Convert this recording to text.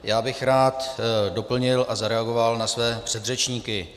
Já bych rád doplnil a zareagoval na své předřečníky.